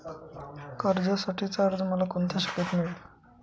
कर्जासाठीचा अर्ज मला कोणत्या शाखेत मिळेल?